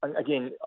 Again